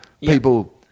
People